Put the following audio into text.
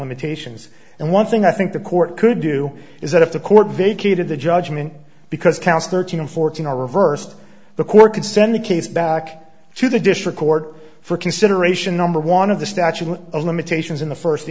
limitations and one thing i think the court could do is that if the court vacated the judgment because counts thirteen and fourteen are reversed the court could send the case back to the district court for consideration number one of the statute of limitations in the first